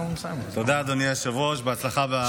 תודה, אדוני היושב-ראש, בהצלחה במינוי החדש.